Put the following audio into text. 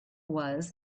was